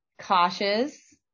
cautious